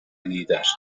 lider